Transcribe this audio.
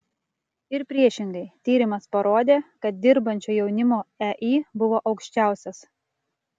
ir priešingai tyrimas parodė kad dirbančio jaunimo ei buvo aukščiausias